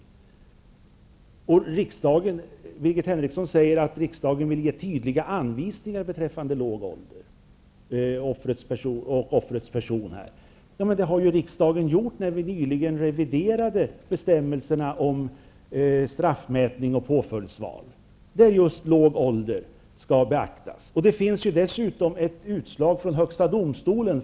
Birgit Henriksson säger att riksdagen vill ge tydliga anvisningar beträffande begreppet låg ålder och offrets person. Ja, men det har riksdagen gjort i samband med den nyligen utförda revisionen av bestämmelserna om straffmätning och påföljdsval. I det sammanhanget skall just låg ålder beaktas. Dessutom finns det ett utslag från högsta domstolen.